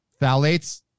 Phthalates